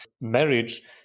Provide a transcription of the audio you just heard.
marriage